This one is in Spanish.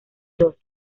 dos